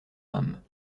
âme